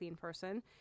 person